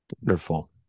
Wonderful